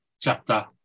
chapter